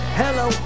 hello